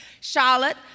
Charlotte